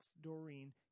Doreen